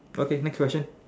okay next question